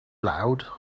loud